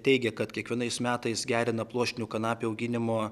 teigė kad kiekvienais metais gerina pluoštinių kanapių auginimo